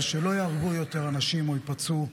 ושלא ייהרגו יותר אנשים או ייפצעו,